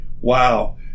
wow